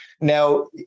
Now